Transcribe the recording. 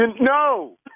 No